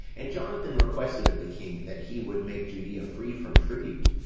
and jonathan requested of the king that he would make judea free from tribute,